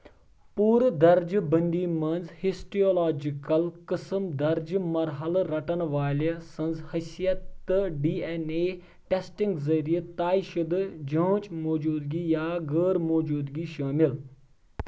پوٗرٕ درجہٕ بندی منٛز چھِ ہسٹیولوجیکل قٕسم درجہٕ مرحلہٕ رٹن والہِ سنٛز حیثیت تہٕ ڈی این اے ٹیسٹنگ ذریعہٕ طے شدٕ جانچ موٗجودٕگی یا غٲر موٗجودٕگی شٲمِل